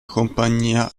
compagnia